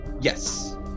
Yes